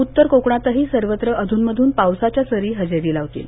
उत्तर कोकणातही सर्वत्र अध्नमध्रन पावसाच्या सरी हजेरी लावतील